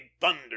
thunder